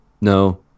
No